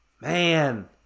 Man